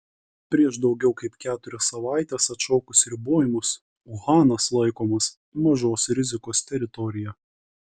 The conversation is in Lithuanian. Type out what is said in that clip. prieš daugiau kaip keturias savaites atšaukus ribojimus uhanas laikomas mažos rizikos teritorija